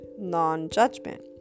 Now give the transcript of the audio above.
non-judgment